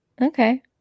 Okay